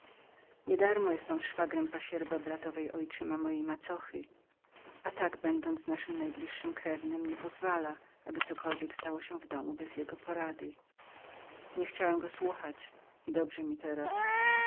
rodziny niedarmo jest on szwagrem pasierba świekry ojczyma mojej macochy a tak bądącbędąc naszym najbliższym krewnym niepozwala aby co stało się w domu bez jego porady niechciałem go słuchać i dobrze mi teraz